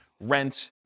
rent